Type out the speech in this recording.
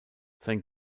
sein